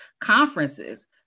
conferences